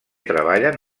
treballen